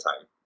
time